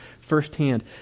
firsthand